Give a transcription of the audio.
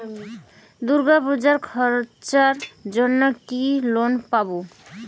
দূর্গাপুজোর খরচার জন্য কি লোন পাব?